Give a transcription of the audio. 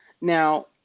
Now